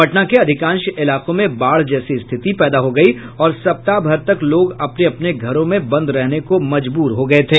पटना के अधिकांश इलाकों में बाढ़ जैसी रिथति पैदा हो गई और सप्ताह भर तक लोग अपने अपने घरों में बंद रहने को मजबूर हो गये थे